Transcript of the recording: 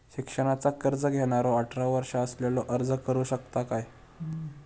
शिक्षणाचा कर्ज घेणारो अठरा वर्ष असलेलो अर्ज करू शकता काय?